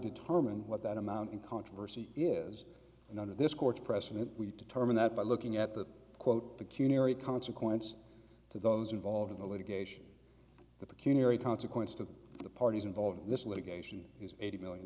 determine what that amount in controversy is none of this court's precedent we determine that by looking at that quote the culinary consequence to those involved in the litigation the peculiarly consequence to the parties involved in this litigation is eighty million